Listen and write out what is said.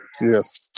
yes